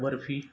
barfi